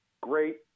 great